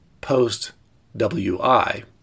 POST-WI